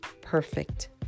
perfect